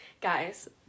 Guys